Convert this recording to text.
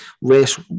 race